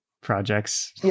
projects